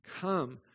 come